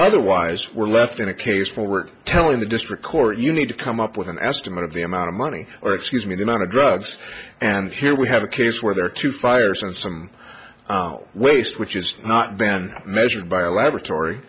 otherwise we're left in a case forward telling the district court you need to come up with an estimate of the amount of money or excuse me the amount of drugs and here we have a case where there are two fires and some waste which has not been measured by a laboratory